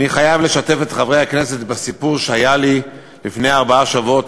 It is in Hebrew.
אני חייב לשתף את חברי הכנסת בסיפור שהיה לי לפני ארבעה שבועות,